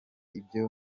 ibyo